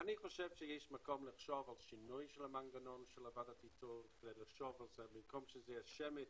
יש מקום לחשוב על שינוי המנגנון של ועדת האיתור במקום שזה יהיה שמית